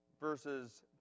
Verses